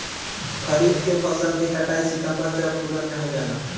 खरीफ के फसल के कटाई सितंबर से ओक्टुबर में हो जाला